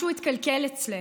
משהו התקלקל אצלנו.